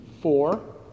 four